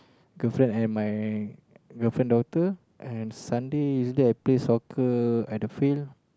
girlfriend and my girlfriend daughter and Sunday usually I play soccer at the field